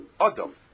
Adam